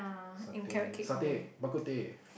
satay satay bak-kut-teh